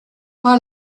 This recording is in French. pas